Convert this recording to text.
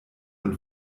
und